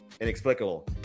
inexplicable